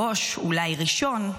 הראש אולי ראשון,